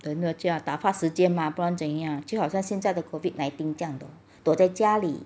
能怎样打发时间吗不然怎样就好像现在的 COVID nineteen 这样躲在家里